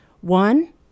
one